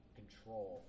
control